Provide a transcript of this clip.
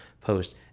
post